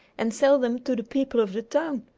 and sell them to the people of the town.